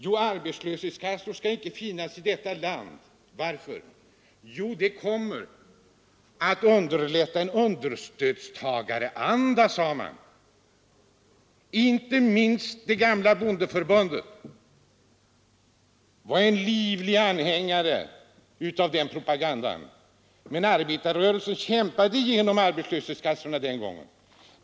Jo, arbetslöshetskassor skall inte finnas i detta land. Varför? De kommer att bidra till en understödstagaranda, sade man, Inte minst det gamla bondeförbundet var en livlig anhängare av den propagandan. Men arbetarrörelsen kämpade igenom arbetslöshetskassorna den gången.